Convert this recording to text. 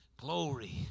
glory